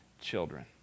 children